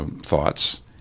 thoughts